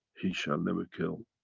he shall never kill.